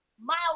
miles